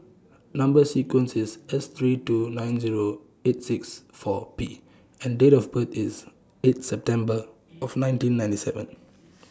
Number sequence IS S three two nine Zero eight six four P and Date of birth IS eight December of nineteen ninety seven